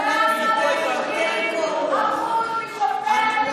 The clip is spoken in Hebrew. קודם כול לשבת.